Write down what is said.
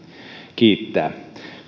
kiittää